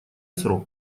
срок